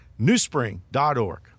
newspring.org